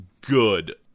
good